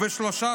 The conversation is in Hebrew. ובשלושה